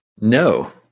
No